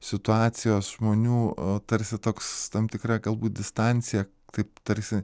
situacijos žmonių tarsi toks tam tikra galbūt distancija taip tarsi